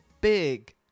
big